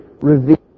revealed